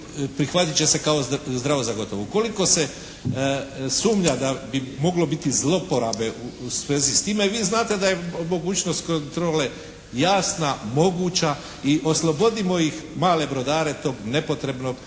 prihvatit će se kao zdravo za gotovo. Ukoliko se sumnja da bi moglo biti zlouporabe u vezi s time, vi znate da je mogućnost kontrole jasna, moguća i oslobodimo ih, male brodare tog nepotrebnog